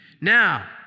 Now